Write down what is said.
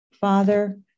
Father